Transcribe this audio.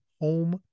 Home